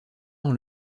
dans